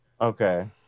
Okay